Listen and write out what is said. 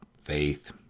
faith